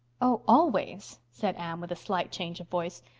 oh always? said anne with a slight change of voice.